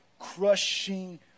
crushing